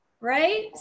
Right